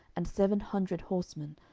and seven hundred horsemen,